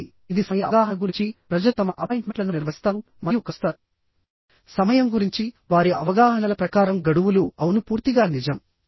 చివరిది ఇది సమయ అవగాహన గురించి ప్రజలు తమ అపాయింట్మెంట్లను నిర్వహిస్తారు మరియు కలుస్తారు సమయం గురించి వారి అవగాహనల ప్రకారం గడువులు అవును పూర్తిగా నిజం